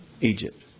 Egypt